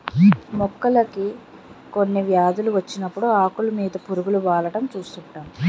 మొక్కలకి కొన్ని వ్యాధులు వచ్చినప్పుడు ఆకులు మీద పురుగు వాలడం చూస్తుంటాం